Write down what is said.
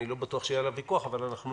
אני לא בטוח שיהיה עליו ויכוח אבל אנחנו